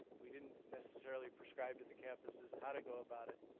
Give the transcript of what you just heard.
we didn't necessarily prescribed to the campuses how to go about it,